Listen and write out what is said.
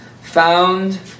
Found